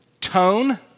tone